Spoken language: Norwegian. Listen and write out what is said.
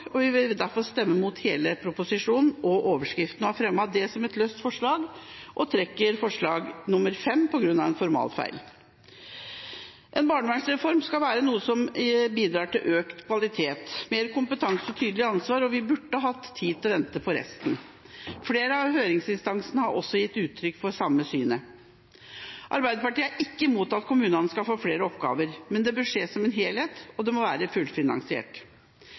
og vil derfor stemme mot hele proposisjonen og overskriften. Vi har fremmet dette som løst forslag, og trekker forslag nr. 5, på grunn av en formalfeil. En barnevernsreform skal være noe som bidrar til økt kvalitet, mer kompetanse og tydelig ansvar, og vi burde hatt tid til å vente på resten. Flere av høringsinstansene har også gitt uttrykk for det samme synet. Arbeiderpartiet er ikke imot at kommunene skal få flere oppgaver, men det bør skje som en helhet, og det bør være fullfinansiert.